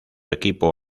equipo